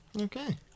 Okay